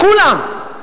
כולם.